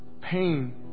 pain